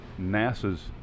NASA's